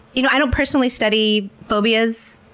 you know i don't personally study phobias,